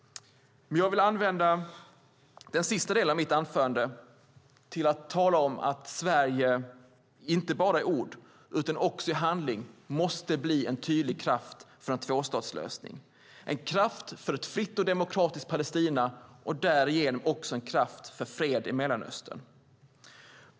Jag vill använda den sista delen av mitt anförande till att tala om att Sverige inte bara i ord utan också i handling måste bli en tydlig kraft för en tvåstatslösning - en kraft för ett fritt och demokratiskt Palestina och därigenom också en kraft för fred i Mellanöstern.